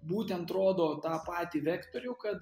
būtent rodo tą patį vektorių kad